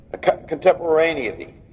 contemporaneity